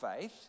faith